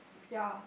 ya